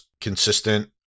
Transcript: consistent